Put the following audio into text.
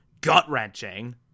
gut-wrenching